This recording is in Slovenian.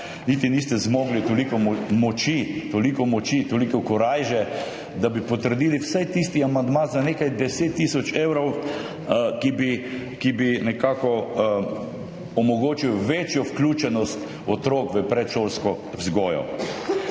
Niti niste zmogli toliko moči, toliko moči, toliko korajže, da bi potrdili vsaj tisti amandma za nekaj 10 tisoč evrov, ki bi nekako omogočil večjo vključenost otrok v predšolsko vzgojo.